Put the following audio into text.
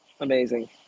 amazing